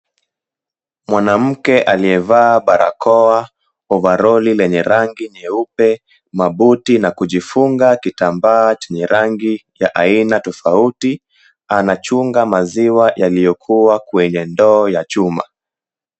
Mwanamke aliyevaa barakoa, ovaroli lenye rangi nyeupe, mabuti na kujifunga kitambaa chenye rangi ya aina tofauti anachunga maziwa yaliyokuwa kwenye ndoo ya chuma.